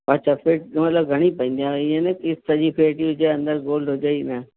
अच्छा फ़िट मतिलब घणी पवंदी आहे ईअं न की सॼी फ़ेट ई हुजे अंदरि गोल्ड हुजे ई न